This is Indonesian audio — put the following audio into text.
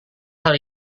hal